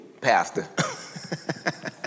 pastor